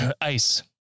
ICE